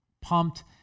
pumped